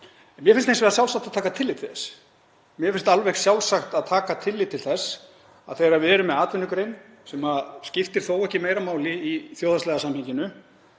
Mér finnst hins vegar sjálfsagt að taka tillit þess. Mér finnst alveg sjálfsagt að taka tillit til þess þegar við erum með atvinnugrein sem skiptir þó ekki meira máli í þjóðhagslega samhenginu